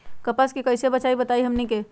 कपस से कईसे बचब बताई हमनी के?